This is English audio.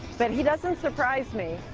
but he doesn't so rprise me,